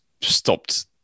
stopped